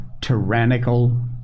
tyrannical